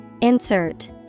Insert